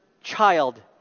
child